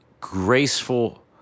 graceful